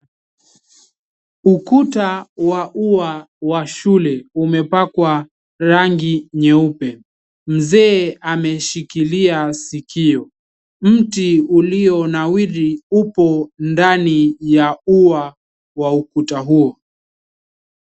Ukuta wa ua la shule umepakwa rangi nyeupe. Mzee ameshikilia sikio. Mti ulionawiri upo ndani ya ua wa ukuta huo.